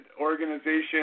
organization